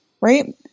right